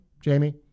Jamie